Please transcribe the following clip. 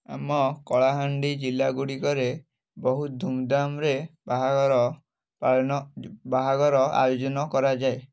ଆମ କଳାହାଣ୍ଡି ଜିଲ୍ଲା ଗୁଡ଼ିକରେ ବହୁତ ଧୂମଧାମରେ ବାହାଘର ପାଳନ ବାହାଘର ଆୟୋଜନ କରାଯାଏ